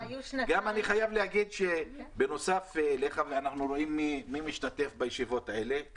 אני חייב להגיד בנוסף לדבריך ומי שמשתתף בישיבות האלה רואה את זה,